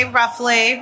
roughly